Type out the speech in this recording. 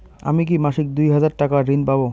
আমি কি মাসিক দুই হাজার টাকার ঋণ পাব?